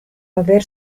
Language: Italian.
aver